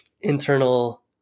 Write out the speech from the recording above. internal